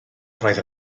roedd